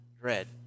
dread